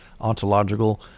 ontological